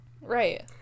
Right